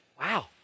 Wow